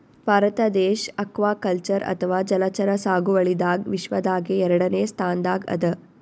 ಭಾರತ ದೇಶ್ ಅಕ್ವಾಕಲ್ಚರ್ ಅಥವಾ ಜಲಚರ ಸಾಗುವಳಿದಾಗ್ ವಿಶ್ವದಾಗೆ ಎರಡನೇ ಸ್ತಾನ್ದಾಗ್ ಅದಾ